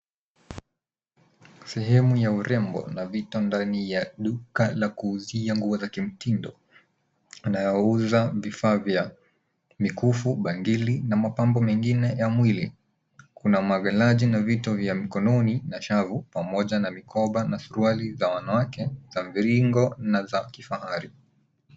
Sehemu ya urembo Nivetha ndani ya duka la kuuzia nguo za kimtindo anayeuza vifaa vya mikufu, bangili na mapambo mengine ya mwili. Kuna mavenaji na vitu vya mkononi na shagu pamoja na mikoba na suruali za wanawake za mviringo na za kifahari.